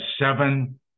seven